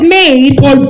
made